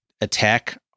attack